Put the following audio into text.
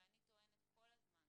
ואני טוענת כל הזמן